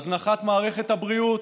הזנחת מערכת הבריאות,